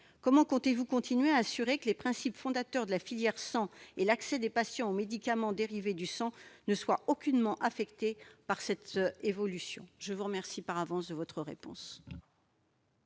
Comment comptez-vous continuer à assurer que les principes fondateurs de la filière sang et l'accès des patients aux médicaments dérivés du sang ne soient aucunement affectés par cette évolution ? Je vous remercie, par avance, de votre réponse.